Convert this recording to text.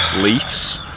leaves.